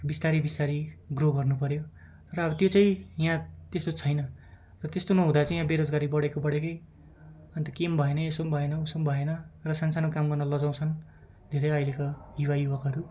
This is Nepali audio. बिस्तारै बिस्तारै ग्रो गर्नुपऱ्यो र अब त्यो चाहिँ यहाँ त्यस्तो छैन र त्यस्तो नहुँदा चाहिँ यहाँ बेरोजगारी बढेको बढेकै अन्त केही पनि भएन यस्तो पनि भएन उस्तो पनि भएन र सानसानो काम गर्नु लजाउँछन् धेरै अहिलेका युवायुवतीहरू